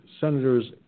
Senators